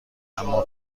اما